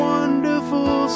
Wonderful